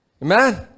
Amen